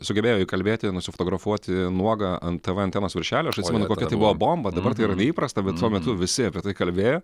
sugebėjo įkalbėti nusifotografuoti nuogą ant tv antenos viršelio aš atsimenu kokia tai buvo bomba dabar tai yra neįprasta bet tuo metu visi apie tai kalbėjo